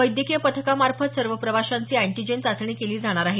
वैद्यकीय पथकामार्फत सर्व प्रवाशांची अँटीजेन चाचणी केली जाणार आहे